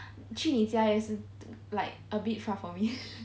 去你家也是 like a bit far for me